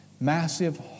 Massive